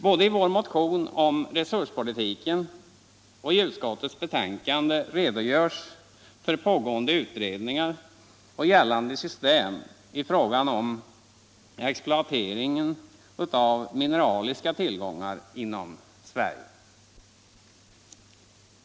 Både i vår motion om resurspolitiken och i utskottets betänkande redogörs för pågående utredningar och gällande system i fråga om exploatering av mineraliska tillgångar inom Sverige.